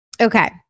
Okay